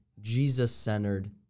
Jesus-centered